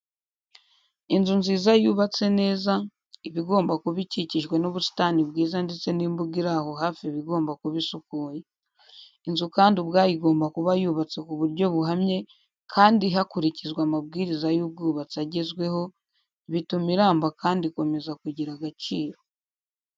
Inzu nziza yubatse neza, iba igomba kuba ikikijwe n'ubusitani bwiza ndetse n'imbuga iri aho hafi iba igomba kuba isukuye. Inzu kandi ubwayo igomba kuba yubatse ku buryo buhamye kandi hakurikizwa amabwiriza y'ubwubatsi agezweho, bituma iramba kandi ikomeza kugira agaciro.